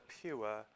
pure